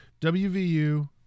WVU